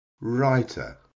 Writer